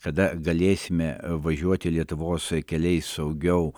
kada galėsime važiuoti lietuvos keliais saugiau